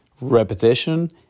repetition